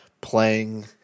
playing